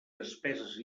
despeses